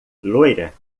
loira